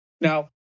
now